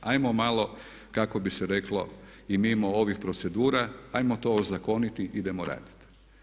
Hajmo malo kako bi se reklo i mimo ovih procedura, hajmo to ozakoniti, idemo raditi.